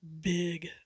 big